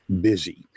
busy